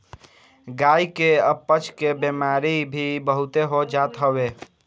गाई के अपच के बेमारी भी बहुते हो जात हवे